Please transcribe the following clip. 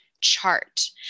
chart